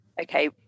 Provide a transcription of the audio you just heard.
okay